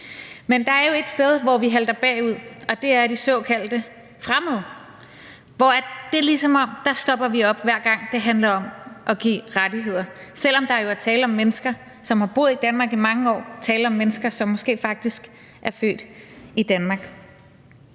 Men der er jo et sted, hvor vi halter bagud, og det er med de såkaldte fremmede, hvor det er, ligesom om vi stopper op, hver gang det handler om at give rettigheder, selv om der jo er tale om mennesker, som har boet i Danmark i mange år, tale om mennesker, som måske faktisk er født i Danmark.